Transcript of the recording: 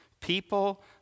People